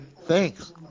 Thanks